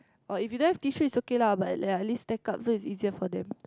or if you don't have tissue is okay lah but ya at least stack up so it's easier for them